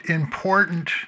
important